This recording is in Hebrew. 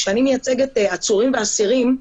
כשאני מייצגת עצורים ואסירים,